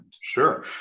Sure